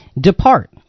Depart